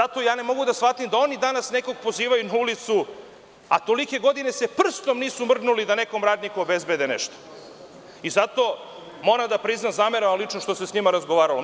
Zato ja ne mogu da shvatim da oni danas nekog pozivaju na ulicu, a tolike godine se prstom nisu mrdnuli da nekom radniku obezbede nešto, i zato moram da priznam, zameram vam lično što se sa njima razgovaralo.